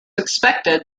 expected